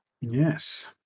Yes